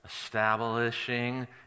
establishing